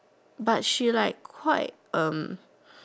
but she like quite um